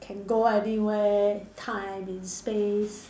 can go anywhere time in space